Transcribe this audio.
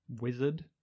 Wizard